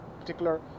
particular